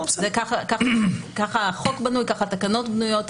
כך החוק בנוי, כך התקנות בנויות.